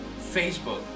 Facebook